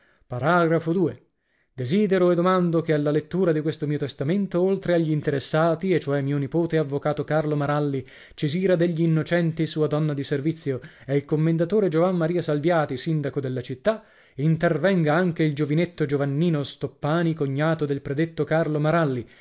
a io e esidero e domando che alla lettura di questo mio testamento oltre agli interessati e cioè mio nipote avvocato carlo maralli cesira degli innocenti sua donna di servizio e il commendatore giovan maria salviati sindaco della città intervenga anche il giovinetto giovannino stoppani cognato del predetto carlo maralli